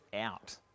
out